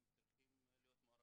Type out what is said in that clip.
הם צריכים להיות מעורבים,